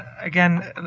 again